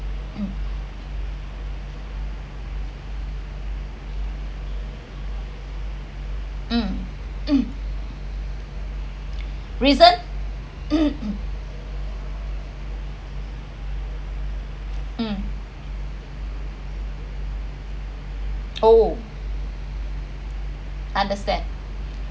um reason oh understand